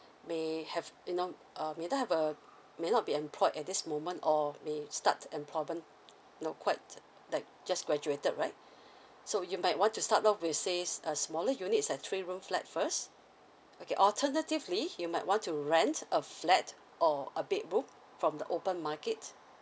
may have you know uh may not have a may not be employed at this moment or may starts employment you know quite like just graduated right so you might want to start off with says a smaller unit like three room flat first okay alternatively you might want to rent a flat or a bedroom from the open market